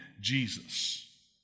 Jesus